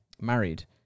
married